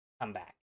comeback